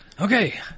Okay